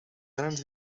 grans